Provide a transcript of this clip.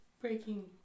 breaking